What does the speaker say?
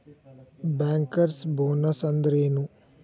Bankers bonus ಅಂದ್ರೇನು?